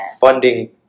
funding